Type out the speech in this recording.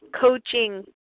coaching